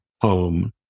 home